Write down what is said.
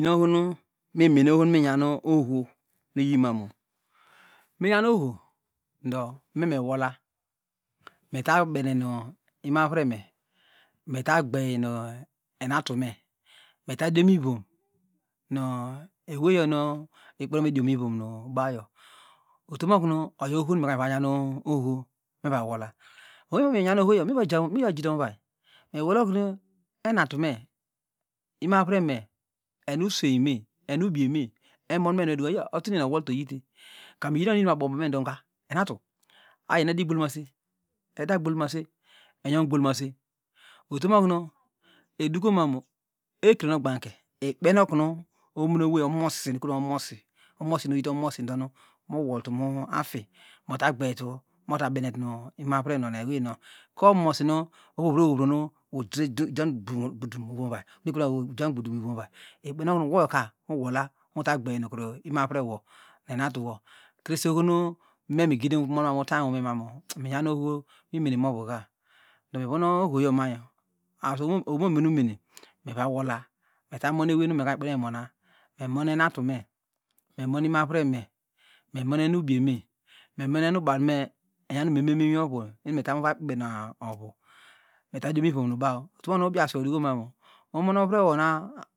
Nu ohonu mene ohonu muynu oho nuiyimanmu minyan oho ndo meme wola metabene nu umarreme metagbey nu enatume metadiomuvom nu eweyonu ikpenedimivombawyo uto mokurni oyo oho numekamiva nyam oho mevawola ohonu munyanu ohoyo mivojo mivojito muray ewolokumu enatune inuaureme enusweyme enubieme emomete meduko ya otuneru owolte oyite kamuiynu okum inumasormubomedo ngwa enetu ayieniedigblomass edagblomase enyonw gbolomase utomokunu edukomarmu ekrenogbange ikpenokunu urnomy onusi ekotuomosi omosi nu oyite omosi donu woltu mu afin motagbeytu mota benetu inavarenow nueweynow ko mosinu ohovrohovro odehan oderejangbudum ivomvay ekre ojan gbudum ivomvay ikpenokunu woka muwola mute gbeynu imoavrewo enatuwo kress ohonu memgidmunom utanywome mam myram oho imeneimovuka do mevon ohoyoma as oweymomeneumen mivawola metamon eweyvivi nu mekpe memmo enatune memonino avrane memo enubieme emomonenubaw nume enyam meme nuimsiovu nu eni etamu vay ikpekpena ovum etadimovom nubautom okunu ubiaswey oduko mamu umonu ovrewo na